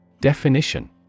Definition